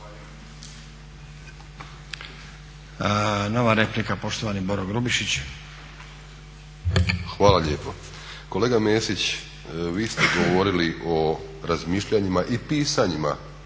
Nova replika, poštovani Boro Grubišić. **Grubišić, Boro (HDSSB)** Hvala lijepa. Kolega Mesić vi ste govorili o razmišljanjima i pisanjima